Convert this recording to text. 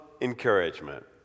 encouragement